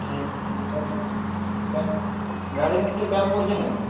ঠিক গাড়ির নিচে তেল পুড়ছে নাকি